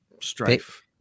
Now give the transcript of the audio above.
strife